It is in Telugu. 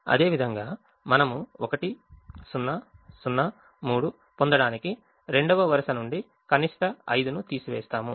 అదేవిధంగా మనము 1 0 0 3 పొందడానికి రెండవ వరుస నుండి కనిష్ట 5ను తీసివేస్తాము